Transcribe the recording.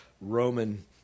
Roman